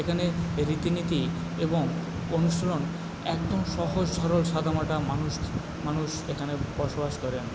এখানে রীতিনীতি এবং অনুশীলন একদম সহজ সরল সাদা মাটা মানুষ মানুষ এখানে বসবাস করেন